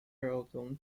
earldom